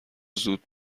زود